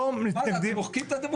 אתם מוחקים את הדמוקרטיה.